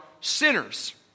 sinners